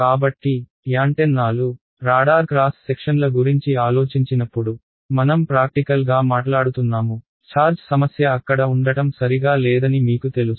కాబట్టి యాంటెన్నాలు radar cross సెక్షన్ల గురించి ఆలోచించినప్పుడు మనం ప్రాక్టికల్గా మాట్లాడుతున్నాము ఛార్జ్ సమస్య అక్కడ ఉండటం సరిగా లేదని మీకు తెలుసు